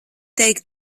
teikt